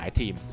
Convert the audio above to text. team